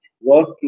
work